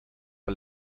die